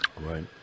Right